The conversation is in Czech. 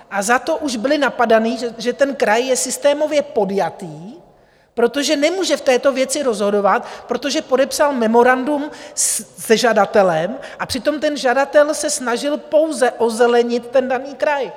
A za to už byli napadaní, že kraj je systémově podjatý, protože nemůže v této věci rozhodovat, protože podepsal memorandum se žadatelem, a přitom ten žadatel se snažil pouze ozelenit daný kraj.